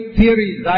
theories